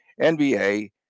NBA